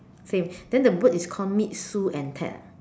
same then the bird is called meet Sue and Ted ah